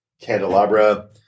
candelabra